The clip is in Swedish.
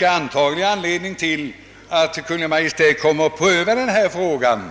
en anledning till att Kungl. Maj:t vid lämpligt tillfälle prövar frågan.